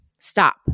Stop